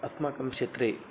अस्माकं क्षेत्रे